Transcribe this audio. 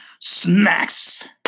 smacks